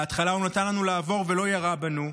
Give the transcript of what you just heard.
בהתחלה הוא נתן לנו לעבור ולא ירה בנו,